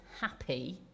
happy